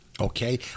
Okay